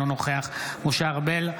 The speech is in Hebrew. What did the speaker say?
אינו נוכח משה ארבל,